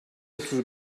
otuz